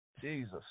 Jesus